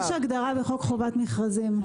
יש הגדרה בחוק חובת מכרזים.